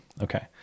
okay